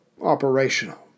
operational